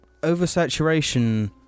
Oversaturation